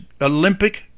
Olympic